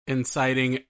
Inciting